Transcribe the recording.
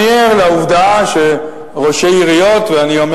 אני ער לעובדה שראשי עיריות ואני אומר